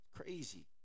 crazy